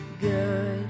good